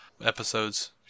episodes